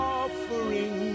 offering